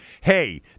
hey